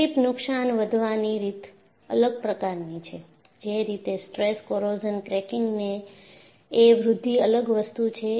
creep નુકશાન વધવાની રીત અલગ પ્રકારની છે જે રીતે સ્ટ્રેસ કોરોઝ્ન ક્રેકીંગની એ વૃદ્ધિ અલગ વસ્તુ છે